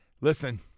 Listen